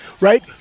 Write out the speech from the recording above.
right